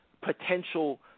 potential